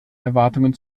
erwartungen